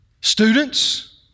Students